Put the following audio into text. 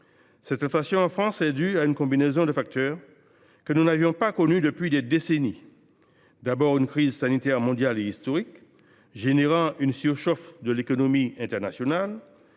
Cette inflation en France est due à une combinaison de facteurs que nous n’avions pas connue depuis des décennies : d’abord, une crise sanitaire mondiale historique, entraînant une surchauffe de l’économie internationale,